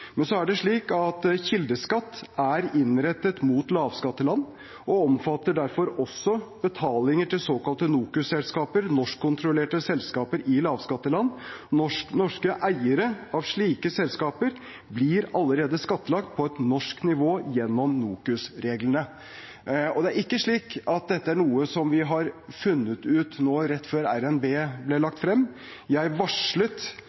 Men så er det slik at kildeskatt er innrettet mot lavskatteland og derfor også omfatter betalinger til såkalte NOKUS-selskaper, norskkontrollerte selskaper i lavskatteland. Norske eiere av slike selskaper blir allerede skattlagt på et norsk nivå gjennom NOKUS-reglene. Det er ikke slik at dette er noe som vi har funnet ut nå rett før revidert nasjonalbudsjett ble lagt frem. Jeg varslet